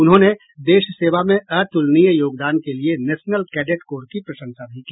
उन्होंने देश सेवा में अतुलनीय योगदान के लिए नेशनल कैडेट कोर की प्रशंसा भी की